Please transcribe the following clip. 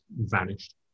vanished